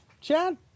Chad